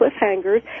cliffhangers